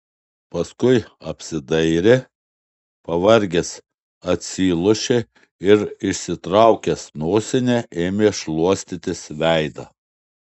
paskui apsidairė pavargęs atsilošė ir išsitraukęs nosinę ėmė šluostytis veidą